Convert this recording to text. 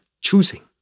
choosing